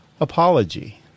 apology